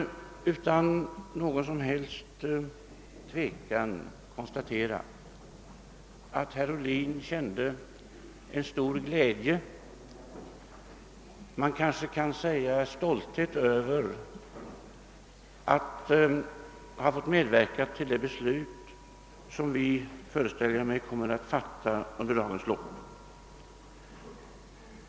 Det kunde utan vidare konstateras att herr Ohlin kände stor glädje — ja, stolthet — över att ha fått medverka till det beslut som vi kommer att fatta under dagens lopp.